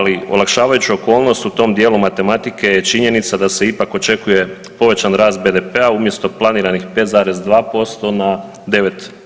Ali olakšavajuću okolnost u tom dijelu matematike je činjenica da se ipak očekuje povećan rast BDP-a, umjesto planiranih 5,2% na 9%